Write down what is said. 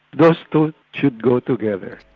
those two should go together.